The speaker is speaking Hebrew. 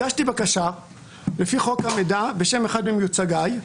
הגשתי בקשה לפי חוק המידע בשם אחד ממיוצגיי,